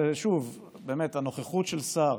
שוב, באמת, נוכחות של שר